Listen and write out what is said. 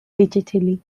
digitally